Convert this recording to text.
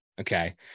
okay